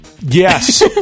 Yes